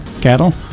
cattle